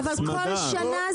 אבל זה לא קשור,